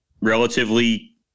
relatively